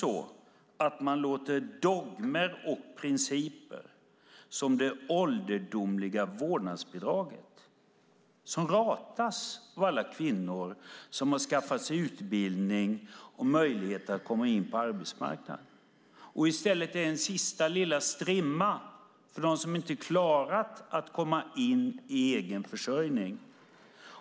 Man låter dogmer och principer som det ålderdomliga vårdnadsbidraget styra, som ratas av alla kvinnor som har skaffat sig utbildning och möjlighet att komma in på arbetsmarknaden. I stället är det den sista lilla strimma för dem som inte klarat att komma in i egen försörjning.